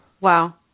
Wow